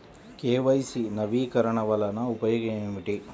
KYC నవీకరణ వలన ఉపయోగం ఏమిటీ?